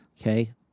Okay